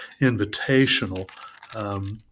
invitational